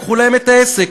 לקחו להם את העסק.